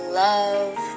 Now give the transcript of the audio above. love